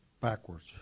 backwards